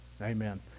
Amen